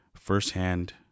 firsthand